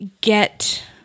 get